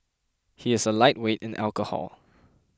he is a lightweight in alcohol